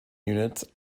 units